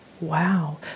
Wow